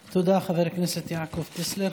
תודה, חבר הכנסת יעקב טסלר.